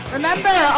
Remember